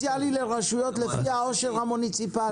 תקצוב דיפרנציאלי לרשויות לפי העושר המוניציפאלי.